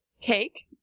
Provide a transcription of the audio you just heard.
Cake